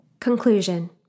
Conclusion